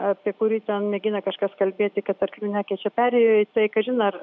apie kurį ten mėgina kažkas kalbėti kad arklių nekeičia perėjoj tai kažin ar